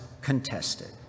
contested